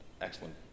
excellent